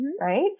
right